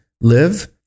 live